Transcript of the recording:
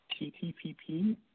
TTPP